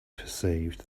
perceived